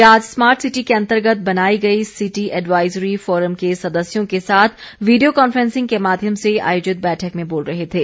वे आज smart city के अंतर्गत बनाई गई सिटी एडवाइजरी फोरम के सदस्यों के साथ वीडियो कॉन्फ्रेंसिंग के माध्यम से आयोजित बैठक में बोल रहे थे